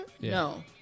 No